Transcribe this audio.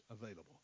available